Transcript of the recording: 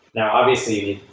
now obviously,